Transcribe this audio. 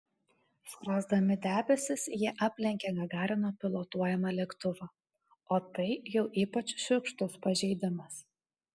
skrosdami debesis jie aplenkė gagarino pilotuojamą lėktuvą o tai jau ypač šiurkštus pažeidimas